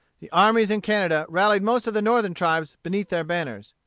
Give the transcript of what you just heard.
the armies in canada rallied most of the northern tribes beneath their banners.